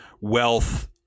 wealth